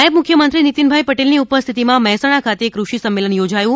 નાયબ મુખ્યમંત્રી નિતિનભાઇ પટેલની ઉપસ્થિતિમા મહેસાણા ખાતે કૃષિ સંમેલન યોજાયુ